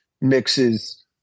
mixes